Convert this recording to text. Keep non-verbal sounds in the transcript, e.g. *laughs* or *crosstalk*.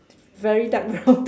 very dark brown *laughs* to